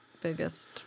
biggest